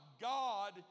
God